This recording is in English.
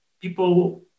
people